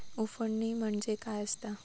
उफणणी म्हणजे काय असतां?